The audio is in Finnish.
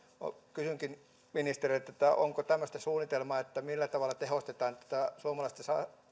kysynkin ministeriltä onko tämmöistä suunnitelmaa millä tavalla tehostetaan tätä suomalaista